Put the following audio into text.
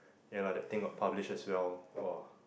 yeah lah that thing got published as well !wah!